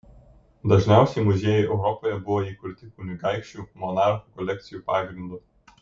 dažniausiai muziejai europoje buvo įkurti kunigaikščių monarchų kolekcijų pagrindu